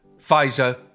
Pfizer